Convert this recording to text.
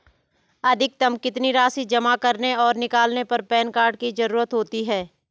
अधिकतम कितनी राशि जमा करने और निकालने पर पैन कार्ड की ज़रूरत होती है?